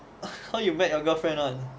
how you met your girlfriend on